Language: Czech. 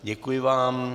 Děkuji vám.